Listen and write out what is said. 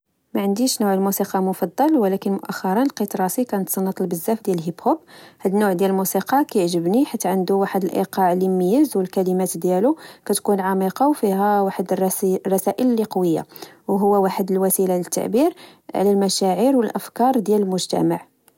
ماعنديش نوع الموسيقى مفضل ولكن مؤخرا لقيت راسي كتسنط لبزاف ديال الهيب هوب هاد النوع ديال الموسيقى كيعجبني حيت عندو واحد الايقاع مميز والكلمات ديالو كتكون عميقة وفيها واحد الرسائل لي قوية وهو واحد الوسيلة للتعبير على المشاعر والافكار ديال المجتمع